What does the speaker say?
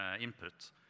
input